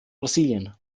brasilien